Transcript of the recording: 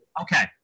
Okay